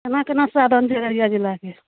केना केना साधन छै अररिया जिलाके